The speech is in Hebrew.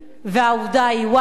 והעובדה היא y?